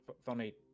Funny